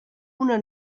una